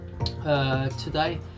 Today